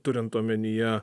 turint omenyje